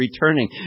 returning